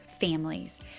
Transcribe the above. families